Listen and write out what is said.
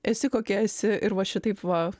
esi kokia esi ir va šitaip va